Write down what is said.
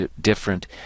different